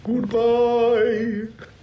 Goodbye